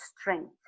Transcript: strength